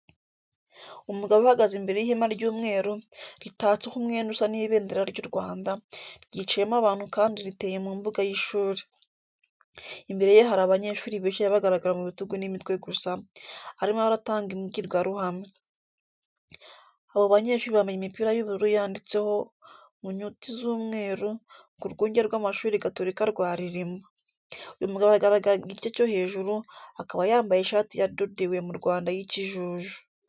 Umugabo uhagaze imbere y'ihema ry'umweru, ritatseho umwenda usa n'ibendera ry'u Rwanda, ryicayemo abantu kandi riteye mu mbuga y'ishuri. Imbere ye hari abanyeshuri bicaye bagaragara mu bitugu n'imitwe gusa, arimo aratanga imbwirwaruhame. Abo banyeshuri bambaye imipira y'ubururu yanditseho, mu nyuti z'umweru, ngo Urwunge rw'Amashuri Gatolika rwa Rilima. Uyu mugabo aragaragara igice cyo hejuru, akaba yambaye ishati yadodewe mu Rwanda y'ikijuju.